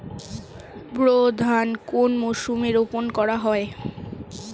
বোরো ধান কোন মরশুমে রোপণ করা হয়?